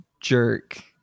jerk